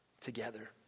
together